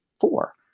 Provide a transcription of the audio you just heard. four